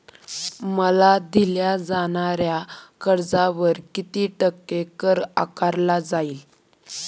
मला दिल्या जाणाऱ्या कर्जावर किती टक्के कर आकारला जाईल?